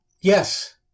Yes